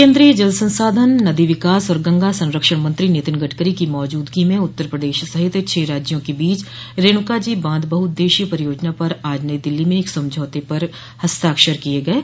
केन्द्रीय जल संसाधन नदी विकास और गंगा संरक्षण मंत्री नितिन गडकरी को मौजूदगी में उत्तर प्रदेश सहित छह राज्यों के बीच रेणुकाजी बांध बहुउद्देशीय परियोजना पर आज नई दिल्ली में एक समझौते पर हस्ताक्षर किये गये